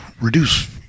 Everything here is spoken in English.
reduce